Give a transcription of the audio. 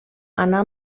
anar